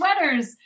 sweaters